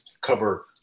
cover